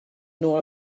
nor